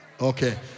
Okay